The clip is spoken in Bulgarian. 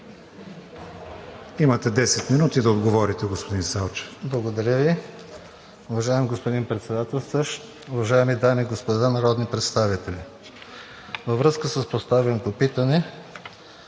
Имате 10 минути да отговорите, господин Салчев. ПЕТКО САЛЧЕВ: Уважаеми господин Председател, уважаеми дами и господа народни представители! Във връзка с поставеното питане